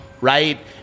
Right